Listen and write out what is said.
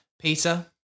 Peter